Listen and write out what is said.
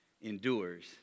endures